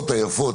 העבודה.